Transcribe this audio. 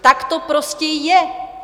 Tak to prostě je!